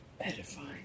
edifying